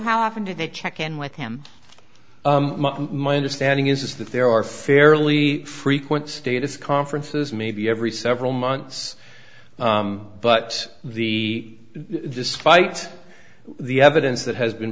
how often do they check in with him my understanding is that there are fairly frequent status conferences maybe every several months but the despite the evidence that has been